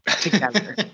Together